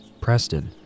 Preston